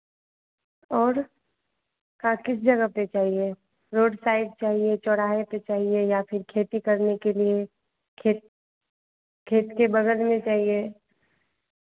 और खास किस जगह पर चाहिए रोड साइड चाहिए चौराहे पर चाहिए या फिर खेती करने के लिए खेत खेत के बगल में चाहिए